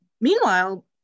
meanwhile